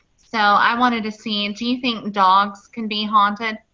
so, i wanted to see, do you think dogs can be haunted?